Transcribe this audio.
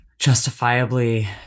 justifiably